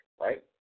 right